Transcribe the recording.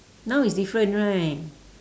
now is different right